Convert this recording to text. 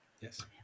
yes